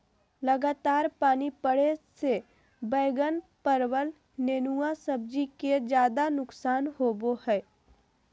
लगातार पानी पड़े से बैगन, परवल, नेनुआ सब्जी के ज्यादा नुकसान होबो हइ